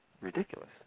ridiculous